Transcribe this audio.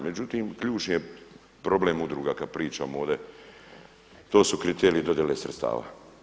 Međutim, ključni je problem udruga kad pričam ovdje to su kriteriji dodjele sredstava.